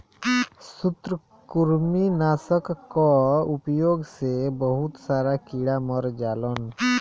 सूत्रकृमि नाशक कअ उपयोग से बहुत सारा कीड़ा मर जालन